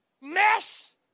mess